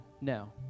no